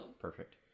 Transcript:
Perfect